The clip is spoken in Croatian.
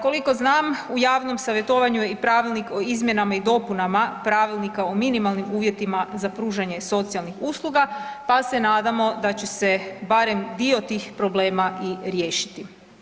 Koliko znam u javnom savjetovanju je i Pravilnik o izmjenama i dopunama Pravilnika o minimalnim uvjetima za pružanje socijalnih usluga, pa se nadamo da će se barem dio tih problema i riješiti.